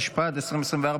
התשפ"ד 2024,